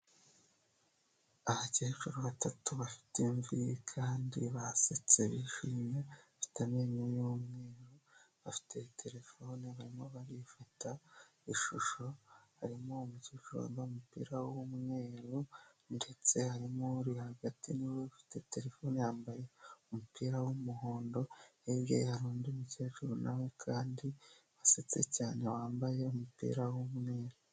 Abakecuru batatu bafite imvi kandi basetse bishimye, bafite amenyo y'umweru, bafite terefoni barimo barifata ishusho, harimo umukecuru wambaye umupira w'umweru ndetse harimo uri hagati ni we ufite terefone yambaye umupira w'umuhondo, hirya hari undi mukecuru na we kandi yasetse cyane wambaye umupira w'umweru.